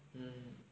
mm